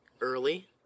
early